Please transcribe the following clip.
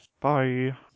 Bye